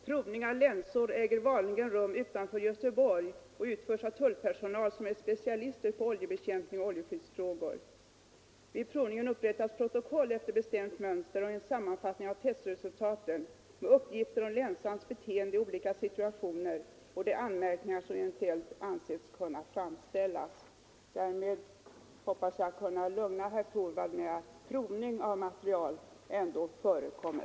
Provning av länsor äger vanligen rum utanför Göteborg och utförs av tullpersonal som är specialister på oljebekämpning och oljeskyddsfrågor. Vid provningen upprättas protokoll efter bestämt mönster och en sammanfattning av testresultatet med uppgifter om länsans beteende i olika situationer och de anmärkningar som eventuellt ansetts kunna framställas.” Därmed hoppas jag kunna lugna herr Torwald, eftersom provning av materiel ändå förekommer.